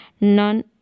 none